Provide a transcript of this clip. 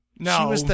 No